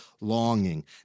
longing